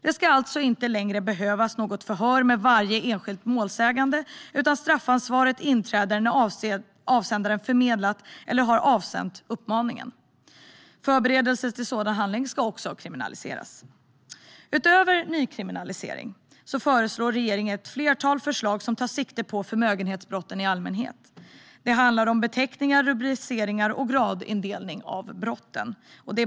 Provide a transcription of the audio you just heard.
Det ska alltså inte längre behövas något förhör med varje enskild målsägande, utan straffansvaret inträder när avsändaren har förmedlat eller avsänt uppmaningen. Förberedelse till sådan handling ska också kriminaliseras. Utöver en nykriminalisering presenterar regeringen ett flertal förslag som tar sikte på förmögenhetsbrotten i allmänhet. Det handlar om beteckningar, rubriceringar och gradindelning av brotten.